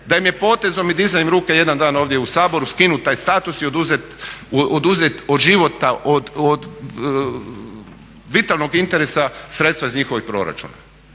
da im je potezom i dizanjem ruke jedan dan ovdje u Saboru skinut taj status i oduzeto od vitalnog interesa sredstva iz njihovih proračuna.